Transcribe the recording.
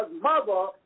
mother